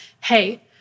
hey